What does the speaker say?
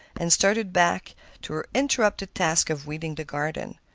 and started back to her interrupted task of weeding the garden.